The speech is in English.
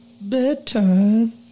bedtime